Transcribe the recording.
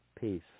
Peace